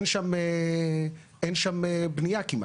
אין שם בנייה כמעט.